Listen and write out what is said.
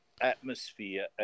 atmosphere